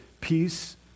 peace